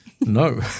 No